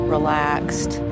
Relaxed